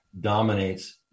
dominates